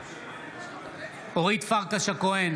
בעד אורית פרקש הכהן,